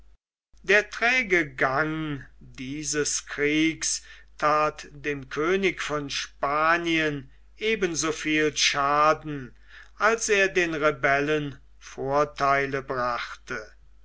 der träge gang dieses krieges that dem könige von spanien eben so viel schaden als er den rebellen vortheile brachte